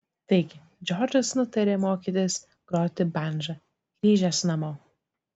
taigi džordžas nutarė mokytis groti bandža grįžęs namo